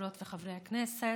חברות וחברי הכנסת,